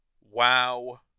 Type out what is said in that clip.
wow